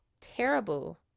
terrible